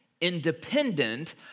independent